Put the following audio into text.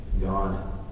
God